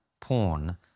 porn